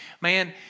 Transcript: man